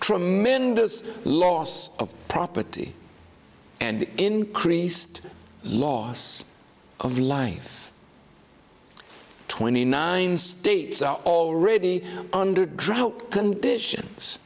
tremendous loss of property and increased loss of life twenty nine states are already under drought condition